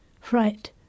fright